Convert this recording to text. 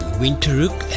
winterook